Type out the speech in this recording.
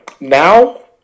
Now